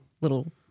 little